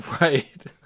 Right